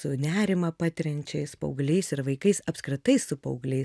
su nerimą patiriančiais paaugliais ir vaikais apskritai su paaugliais